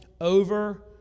over